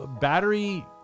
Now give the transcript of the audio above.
battery